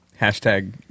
Hashtag